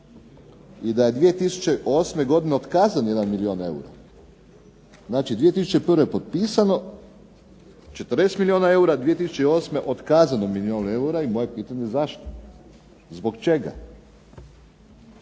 i da je 2008. godine otkazan jedan milijun eura. Znači, 2001. potpisano 40 milijuna eura, 2008. otkazano milijun eura i moje je pitanje zašto? Zbog čega?